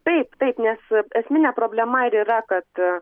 taip taip nes esminė problema ir yra kad